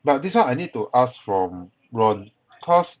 but this one I need to ask from ron cause